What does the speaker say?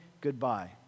goodbye